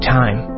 time